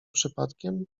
przypadkiem